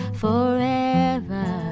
forever